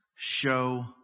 show